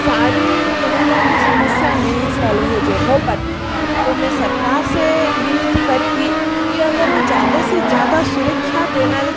सारी महिला की समस्या नहीं सॉल्व हो हो पाती तो मैं सरकार से विनती करुँगी कि अगर वो ज़्यादा से ज़्यादा सुरक्षा देना